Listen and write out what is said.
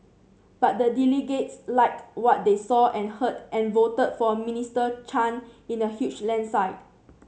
but the delegates liked what they saw and heard and voted for Minister Chan in a huge landslide